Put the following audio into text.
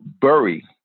bury